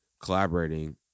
collaborating